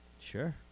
Sure